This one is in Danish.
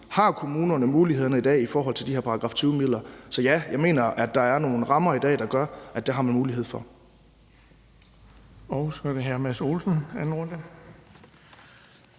har kommunerne mulighederne i dag i forhold til de her § 20-midler. Så ja, jeg mener, at der er nogle rammer i dag, der gør, at det har man mulighed for.